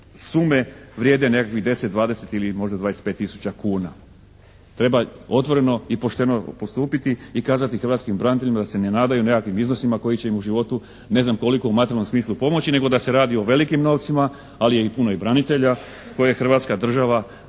sume vrijede nekakvih 10, 20 ili možda 25 tisuća kuna. Treba otvoreno i pošteno postupiti i kazati hrvatskim braniteljima da se ne nadaju nekakvim iznosima koji će im u životu ne znam koliko u materijalnom smislu pomoći nego da se radi o velikim novcima ali je puno i branitelja koje Hrvatska država